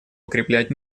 укреплять